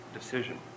decision